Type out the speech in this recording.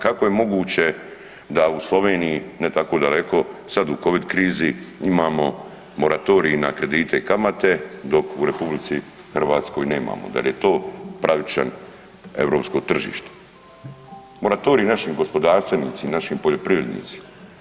Kako je moguće da u Sloveniji, ne tako daleko, sad u covid krizi imamo moratorij na kredite i kamate dok u RH nemamo, dal je to pravičan europsko tržište, moratorij našim gospodarstvenicim, našim poljoprivrednicima?